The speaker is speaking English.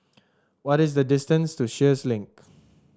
what is the distance to Sheares Link